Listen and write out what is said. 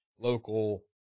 local